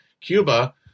Cuba